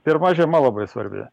pirma žiema labai svarbi